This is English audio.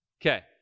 Okay